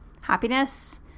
happiness